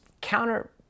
counter